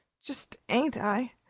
jist ain't i!